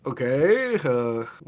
okay